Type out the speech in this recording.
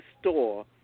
store